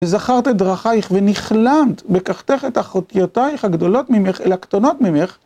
וְזָכַרְתְּ אֶת דְּרָכַיִךְ וְנִכְלַמְתְּ בְּקַחְתֵּךְ אֶת אֲחוֹתַיִךְ הַגְּדֹלוֹת מִמֵּךְ אֶל הַקְּטַנּוֹת מִמֵּךְ